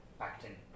acting